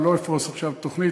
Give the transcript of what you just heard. אני לא אפרוס עכשיו תכנית,